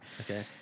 Okay